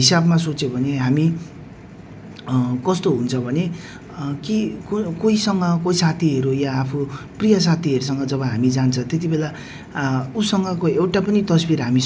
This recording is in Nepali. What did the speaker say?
यो लनावला भन्ने चाहिँ एकदम गउँमा है एकदम हरियाली एकदम रमाइलो जग्गा जहाँ चाहिँ हामीले अब ड्यामहरू देख्न सक्छौँ झर्नाहरू देख्न सक्छौँ है अनि हामी त्यहाँ गयौँ